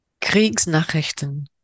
Kriegsnachrichten